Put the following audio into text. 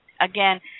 again